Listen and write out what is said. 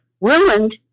ruined